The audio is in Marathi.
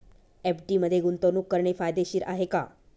एफ.डी मध्ये गुंतवणूक करणे फायदेशीर आहे का?